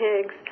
pigs